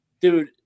dude